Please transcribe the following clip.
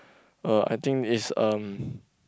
uh I think is um